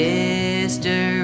Sister